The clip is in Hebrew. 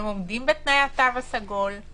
הם עומדים בתנאי התו הסגול.